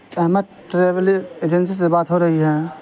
Ahmad travel agency سے بات ہو رہی ہے